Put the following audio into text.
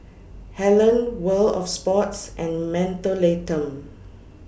Helen World of Sports and Mentholatum